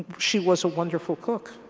she was a wonderful cook.